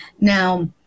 Now